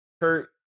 kurt